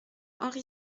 henri